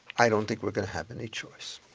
i don't think we're gonna have any choice.